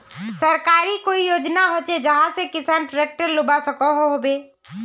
सरकारी कोई योजना होचे जहा से किसान ट्रैक्टर लुबा सकोहो होबे?